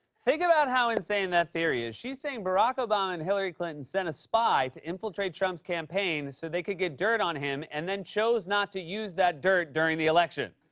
think about how insane that theory is. she's saying barack obama and hillary clinton sent a spy to infiltrate trump's campaign so they could get dirt on him and then chose not to use that dirt during the election.